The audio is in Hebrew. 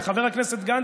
וחבר הכנסת גנץ,